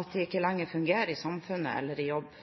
at de ikke lenger fungerer i samfunnet eller i jobb.